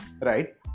right